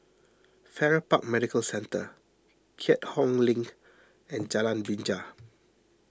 Farrer Park Medical Centre Keat Hong Link and Jalan Binja